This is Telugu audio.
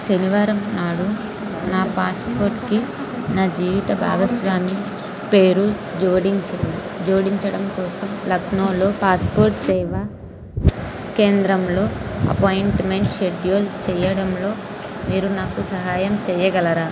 శనివారం నాడు నా పాస్పోర్ట్కి నా జీవిత భాగస్వామి పేరు జోడించి జోడించడం కోసం లక్నోలో పాస్పోర్ట్ సేవా కేంద్రంలో అపాయింట్మెంట్ షెడ్యూల్ చేయడంలో మీరు నాకు సహాయం చేయగలరా